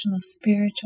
spiritual